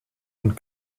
und